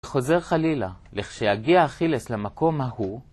חוזר חלילה, לכשיגיע אכילס למקום ההוא